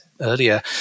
earlier